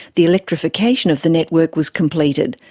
the electrification of the network was completed,